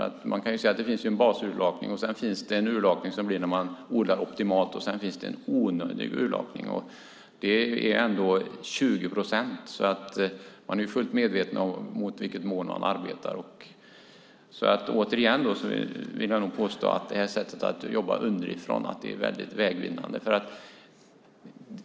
Det finns en basurlakning, sedan finns en urlakning som sker vid optimal odling och sedan finns onödig urlakning. Det är ändå fråga om 20 procent. Man är fullt medveten om mot vilket mål man arbetar. Det här sättet att jobba underifrån är vägvinnande.